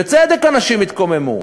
בצדק אנשים התקוממו.